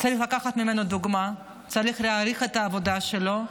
צריך לקחת ממנו דוגמה, צריך להעריך את העבודה שלו.